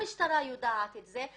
המשטרה יודעת את זה.